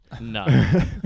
No